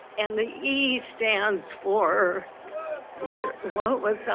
and the e stands for what what was the,